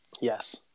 yes